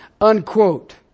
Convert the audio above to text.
Unquote